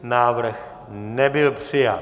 Návrh nebyl přijat.